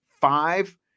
Five